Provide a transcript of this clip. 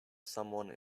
someone